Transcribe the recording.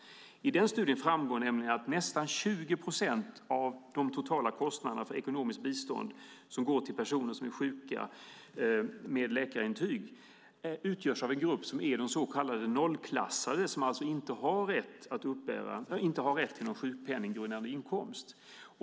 I den studien framgår nämligen att nästan 20 procent av de totala kostnaderna för ekonomiskt bistånd som går till personer som är sjuka med läkarintyg utgörs av gruppen så kallade nollklassade, de som alltså inte har rätt till någon sjukpenninggrundande inkomst.